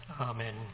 Amen